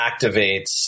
activates